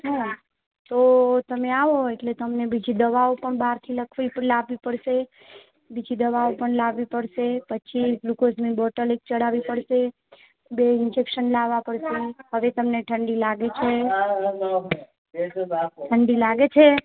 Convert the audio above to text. હં તો તમે આવો એટલે તમને બીજી દવાઓ પણ બહારથી લખવી લાવવી પડશે બીજી દવાઓ પણ લાવવી પડશે પછી ગુલ્કોઝની બોટલ એક ચઢાવવી પડશે બે ઇન્જેક્સન લાવવાં પડશે હવે તમને ઠંડી લાગે છે ઠંડી લાગે છે